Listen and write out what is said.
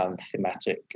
thematic